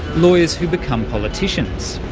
lawyers who become politicians.